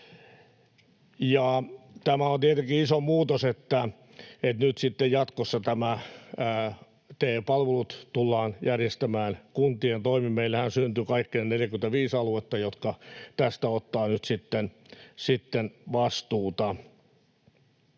tämä on tietenkin iso muutos, että nyt sitten jatkossa nämä TE-palvelut tullaan järjestämään kuntien toimin. Meillähän syntyi kaikkiaan 45 aluetta, jotka tästä ottaa nyt sitten vastuuta,